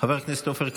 חבר הכנסת עופר כסיף,